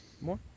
More